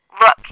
Look